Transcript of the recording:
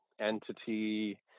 entity